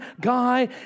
guy